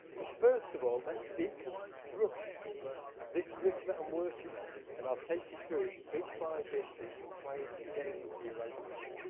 but, first of all, let's deconstruct this riff that i'm working on, and i'll take you through it bit by bit so you can play it and get it into your own playing.